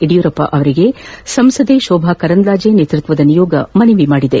ಯಡಿಯೂರಪ್ಪ ಅವರಿಗೆ ಸಂಸದೆ ಶೋಭಾ ಕರಂದ್ಲಾಜೆ ನೇತೃತ್ತದ ನಿಯೋಗ ಮನವಿ ಮಾಡಿದೆ